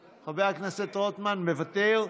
מוותר.